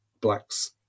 black's